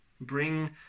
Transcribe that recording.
Bring